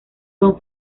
son